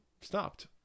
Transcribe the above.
stopped